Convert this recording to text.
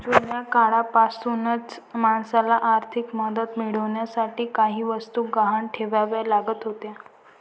जुन्या काळापासूनच माणसाला आर्थिक मदत मिळवण्यासाठी काही वस्तू गहाण ठेवाव्या लागत होत्या